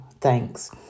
thanks